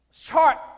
chart